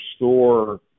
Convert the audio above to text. restore